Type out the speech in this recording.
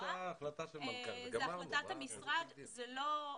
זה החלטת המשרד, זה לא בחקיקה.